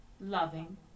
loving